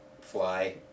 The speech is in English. fly